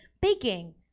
baking